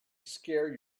scare